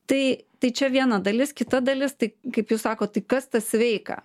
tai tai čia viena dalis kita dalis tai kaip jūs sakot tai kas tas sveika